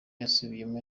yasubiyemo